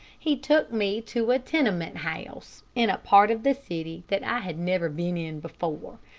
he took me to a tenement house, in a part of the city that i had never been in before.